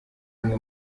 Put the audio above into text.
umwe